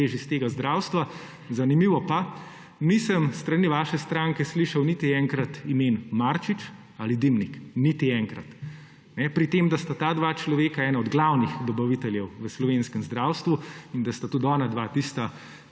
iz tega zdravstva. Zanimivo pa je, da nisem s strani vaše stranke slišal niti enkrat imen Marčič ali Dimnik. Niti enkrat. Pri tem, da sta ta dva človeka ena od glavnih dobaviteljev v slovenskem zdravstvu in da sta tudi onadva tista,